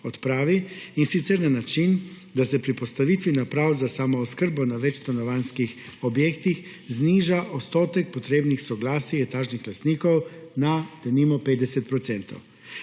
in sicer na način, da se pri postavitvi naprav za samooskrbo na večstanovanjskih objektih zniža odstotek potrebnih soglasij etažnih lastnikov na denimo 50 %.